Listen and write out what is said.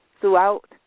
throughout